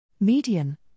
Median